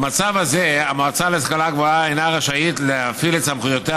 במצב זה המועצה להשכלה גבוהה אינה רשאית להפעיל את סמכויותיה